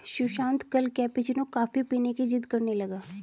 सुशांत कल cappuccino coffee पीने की जिद्द करने लगा